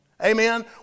Amen